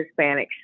Hispanics